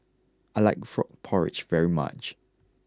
I like Frog Porridge very much